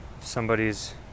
somebody's